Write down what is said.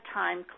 time